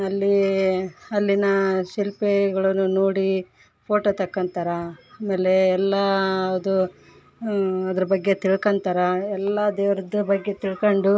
ಅಲ್ಲಿ ಅಲ್ಲಿನ ಶಿಲ್ಪಗಳನು ನೋಡಿ ಫೋಟೋ ತಕ್ಕೊಂತಾರೆ ಆಮೇಲೆ ಎಲ್ಲ ಅದು ಅದರ ಬಗ್ಗೆ ತಿಳ್ಕೋಂತಾರೆ ಎಲ್ಲ ದೇವರದು ಬಗ್ಗೆ ತಿಳ್ಕೊಂಡು